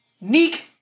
Neek